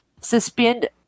suspend